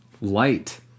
light